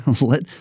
Let